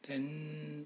then